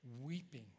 weeping